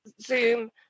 Zoom